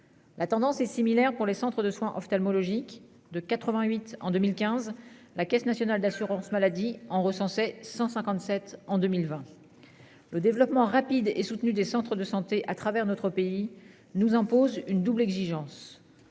La tendance est similaire pour les centres de soins ophtalmologiques de 88 en 2015, la Caisse nationale d'assurance maladie en recensait 157 en 2020. Le développement rapide et soutenue des Centres de santé à travers notre pays nous impose une double exigence.